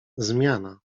zmiana